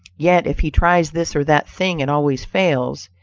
yet if he tries this or that thing and always fails,